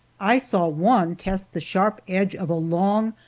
i saw one test the sharp edge of a long,